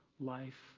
life